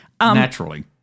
Naturally